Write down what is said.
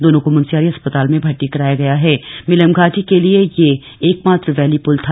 दोनों को मुनस्यारी अस्पताल में भर्ती कराया गया हण मिलम घाटी के लिए यह एकमात्र वक्षी पुल था